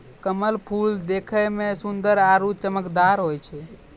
कमल फूल देखै मे सुन्दर आरु चमकदार होय छै